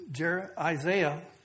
Isaiah